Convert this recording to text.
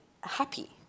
happy